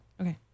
Okay